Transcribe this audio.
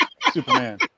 Superman